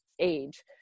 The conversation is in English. age